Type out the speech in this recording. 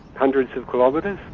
hundreds of kilometres.